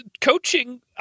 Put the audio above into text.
coaching